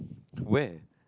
where